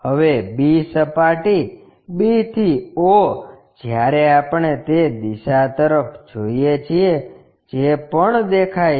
હવે b સપાટી b થી o જ્યારે આપણે તે દિશા તરફ જોઈએ છીએ જે પણ દેખાય છે